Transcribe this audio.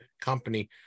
company